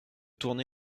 tourner